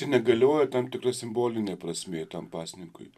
negalioja tam tikra simbolinė prasmė tam pasninkui